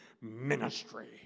ministry